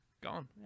Gone